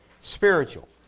spiritual